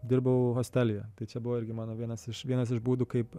dirbau hostelyje tai čia buvo irgi mano vienas iš vienas iš būdų kaip